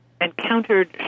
encountered